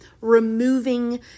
removing